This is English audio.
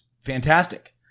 fantastic